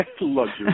luxury